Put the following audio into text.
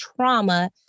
trauma